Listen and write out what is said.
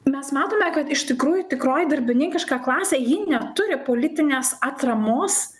mes matome kad iš tikrųjų tikroji darbininkiška klasė ji neturi politinės atramos